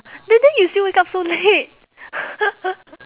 then then you still wake up so late